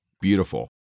Beautiful